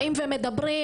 באים ומדברים,